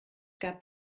gab